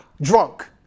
drunk